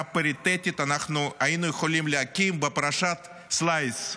פריטטית היינו יכולים להקים בפרשת סלייס.